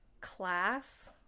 class